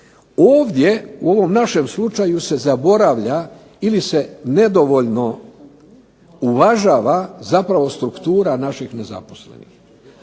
Ovdje u ovom našem slučaju se zaboravlja ili se nedovoljno uvažava zapravo struktura naših nezaposlenih.